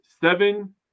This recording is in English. seven